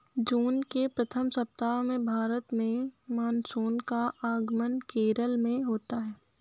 जून के प्रथम सप्ताह में भारत में मानसून का आगमन केरल में होता है